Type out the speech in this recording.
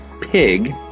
pig